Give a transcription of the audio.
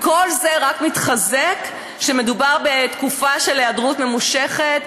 כל זה רק מתחזק כשמדובר בתקופה של היעדרות ממושכת,